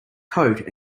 coat